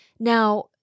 Now